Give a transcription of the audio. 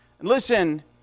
Listen